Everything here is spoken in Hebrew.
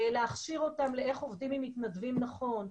להכשיר אותם לאיך עובדים עם מתנדבים נכון,